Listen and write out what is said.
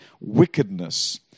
wickedness